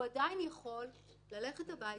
הוא עדיין יכול ללכת הביתה,